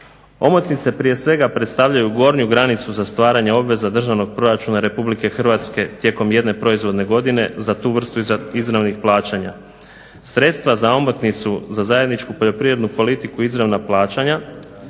Omotnice prije svega predstavljaju gornju granicu za stvaranje obveza državnog proračuna RH tijekom jedne proizvodne godine za tu vrstu izravnih plaćanja. Sredstva za omotnicu za zajedničku poljoprivrednu politiku izravna plaćanja